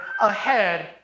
ahead